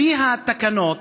לפי התקנות,